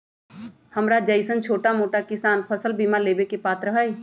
हमरा जैईसन छोटा मोटा किसान फसल बीमा लेबे के पात्र हई?